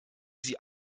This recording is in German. sie